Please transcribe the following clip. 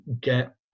get